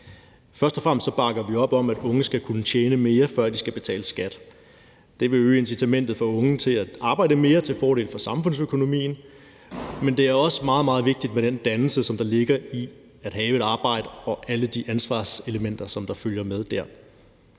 Først og fremmest bakker vi op om, at unge skal kunne tjene mere, før de skal betale skat. Det vil øge incitamentet for unge til at arbejde mere til fordel for samfundsøkonomien, men det er også meget, meget vigtigt med den dannelse, der ligger i at have et arbejde og i alle de ansvarselementer, som følger med der.